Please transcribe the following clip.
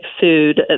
food